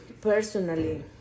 personally